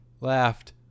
laughed